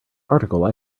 article